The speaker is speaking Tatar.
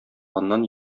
аннан